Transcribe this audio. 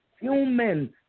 human